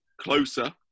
Closer